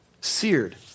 seared